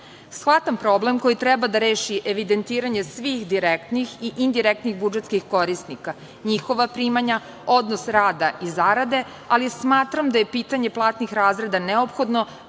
žao. Shvatam problem koji treba da reši evidentiranje svih direktnih i indirektnih budžetskih korisnika, njihova primanja, odnos rada i zarade, ali smatram da je pitanje platnih razreda neophodno